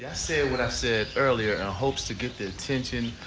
i said what i said earlier in hopes to get the attention